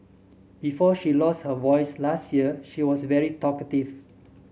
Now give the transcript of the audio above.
before she lost her voice last year she was very talkative